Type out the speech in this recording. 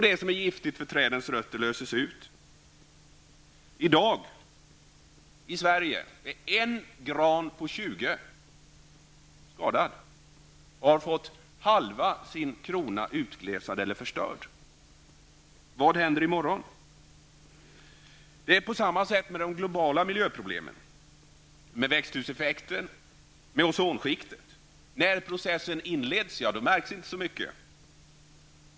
Det som är giftigt för trädens rötter löses ut. I dag i Sverige är 1 gran på 20 skadad och har fått halva sin krona utglesad eller förstörd. Vad händer i morgon? Det är på samma sätt med de globala miljöproblemen, växthuseffekten och ozonskiktet. När processen inleds märks inte sviterna så mycket.